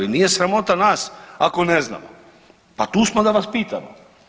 Nije sramota nas ako ne znamo, pa tu smo da vas pitamo.